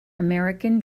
american